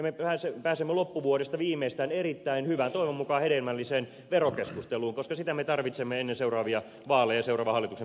ja me pääsemme loppuvuodesta viimeistään erittäin hyvään toivon mukaan hedelmälliseen verokeskusteluun koska sitä me tarvitsemme ennen seuraavia vaaleja ja seuraavan hallituksen perustamista